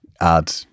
add